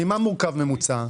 ממה מורכב ממוצע?